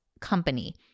company